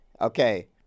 okay